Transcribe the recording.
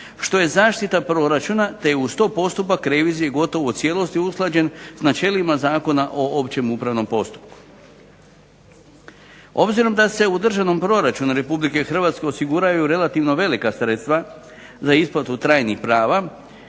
što je zaštita proračuna te je uz to postupak revizije gotovo u cijelosti usklađen s načelima Zakona o općem upravnom postupku. Obzirom da se u državnom proračunu Republike Hrvatske osiguravaju relativno velika sredstva za isplatu trajnih prava